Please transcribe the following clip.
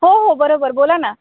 हो हो बरोबर बोला ना